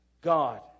God